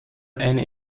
eine